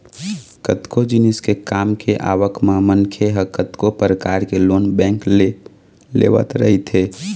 कतको जिनिस के काम के आवक म मनखे ह कतको परकार के लोन बेंक ले लेवत रहिथे